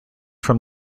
from